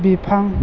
बिफां